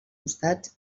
costats